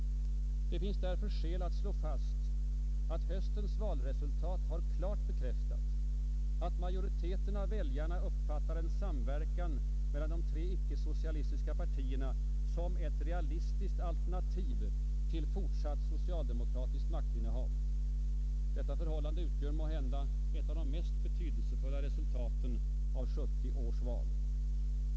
Det finns därför skäl att slå fast att höstens valresultat klart bekräftat, att majoriteten av väljarna uppfattar en samverkan mellan de tre icke-socialistiska partierna som ett realistiskt alternativ till fortsatt socialdemokratiskt maktinnehav. Detta förhållande utgör måhända ett av de mest betydelsefulla resultaten av 1970 års val.